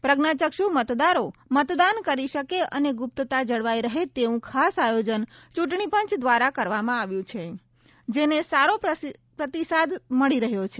પ્રજ્ઞાચક્ષુ મતદારો મતદાન કરી શકે અને ગુપ્તતા જળવાઇ રહે તેવું ખાસ આયોજન ચૂંટણીપંચ દ્વારા કરવામાં આવ્યું છે જેને સારો પ્રતિસાદ મળી રહ્યો છે